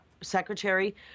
secretary